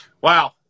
Wow